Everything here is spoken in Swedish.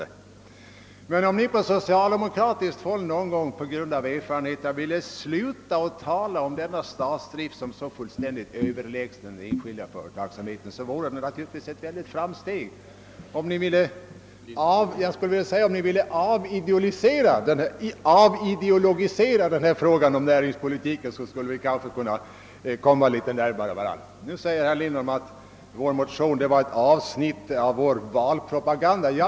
Det vore ett stort framsteg om ni på socialdemokratiskt håll någon gång — efter vunna erfarenheter — ville sluta tala om statsdriften såsom fullständigt överlägsen enskild företagsamhet. Om ni ville avideologisera frågan om näringspolitiken, skulle vi kanske kunna komma varandra litet närmare. Herr Lindholm menar att vår motion var ett avsnitt av vår valpropaganda.